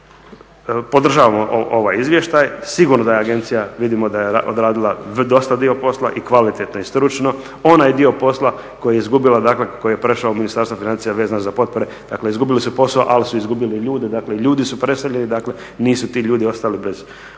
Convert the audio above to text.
Dakle, podržavamo ovaj izvještaj. Sigurno da je agencija, vidimo da je odradila dosta dio posla i kvalitetno i stručno. Onaj dio posla koji je izgubila, dakako koji je prešao u Ministarstvo financija vezano za potpore, dakle izgubili su posao ali su izgubili i ljude, dakle i ljudi su preseljeni. Dakle, nisu ti ljudi ostali sad u agenciji